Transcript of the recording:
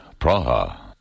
Praha